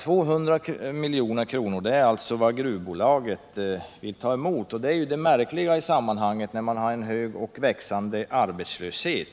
200 milj.kr. är vad gruvbolaget vill ta emot, och det är det märkliga i sammanhanget, eftersom man har en hög och växande arbetslöshet.